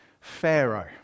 Pharaoh